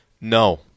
no